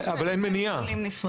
אבל אין מניעה.